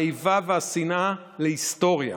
האיבה והשנאה להיסטוריה